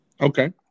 Okay